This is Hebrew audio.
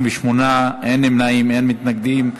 בעד, 36, אין נמנעים ואין מתנגדים.